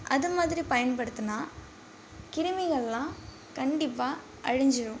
அது மாதிரி பயன்படுத்தினா கிருமிகளெலாம் கண்டிப்பாக அழிஞ்சிடும்